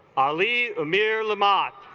ali amir lamotte